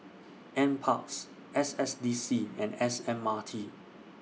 NParks S S D C and S M R T